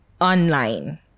online